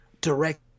direct